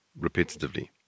repetitively